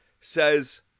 says